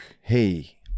hey